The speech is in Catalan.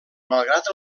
malgrat